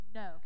no